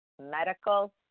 Medical